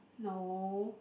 no